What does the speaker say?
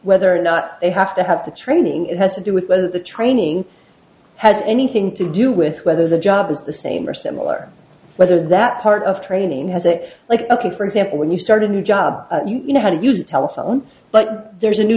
whether or not they have to have the training it has to do with whether the training has anything to do with whether the job is the same or similar whether that part of training has a liking for example when you start a new job you know how to use telephones but there's a new